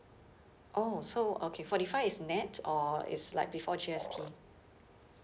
oh so okay forty five is net or it's like before G_S_T